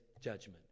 judgment